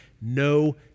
no